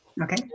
Okay